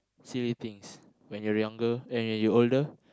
silly things when you're younger and when you older